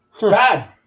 bad